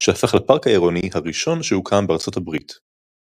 שהפך לפארק העירוני הראשון שהוקם בארצות הברית.